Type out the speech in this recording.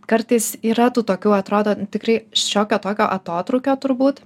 kartais yra tų tokių atrodo tikrai šiokio tokio atotrūkio turbūt